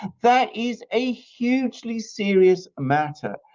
that is a hugely serious matter.